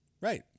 Right